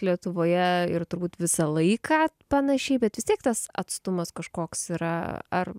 lietuvoje ir turbūt visą laiką panašiai bet vis tiek tas atstumas kažkoks yra ar